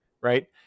Right